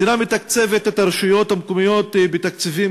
המדינה מתקצבת את הרשויות המקומיות בתקציבים